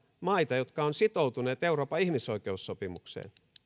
maita jotka ovat sitoutuneet euroopan ihmisoi keussopimukseen